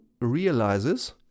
realizes